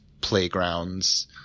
playgrounds